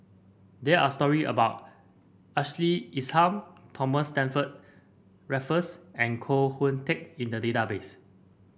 there are story about Ashley Isham Thomas Stamford Raffles and Koh Hoon Teck in the database